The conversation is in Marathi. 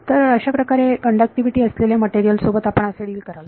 तर अशाप्रकारे कण्डक्टिविटी असलेल्या मटेरियल सोबत आपण असे डील कराल